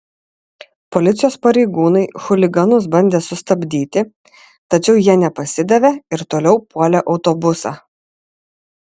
policijos pareigūnai chuliganus bandė sustabdyti tačiau jie nepasidavė ir toliau puolė autobusą